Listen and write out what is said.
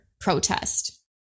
protest